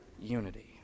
unity